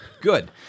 Good